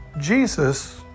Jesus